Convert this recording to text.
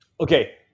Okay